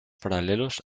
paralelos